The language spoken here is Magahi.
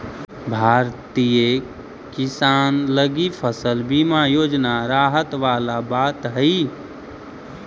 भारतीय किसान लगी फसल बीमा योजना राहत वाला बात हइ